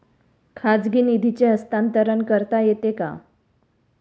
खाजगी निधीचे हस्तांतरण करता येते का?